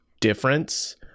difference